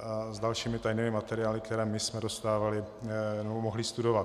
a dalšími tajnými materiály, které my jsme dostávali nebo mohli studovat.